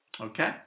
okay